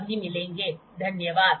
बहुत बहुत धन्यवाद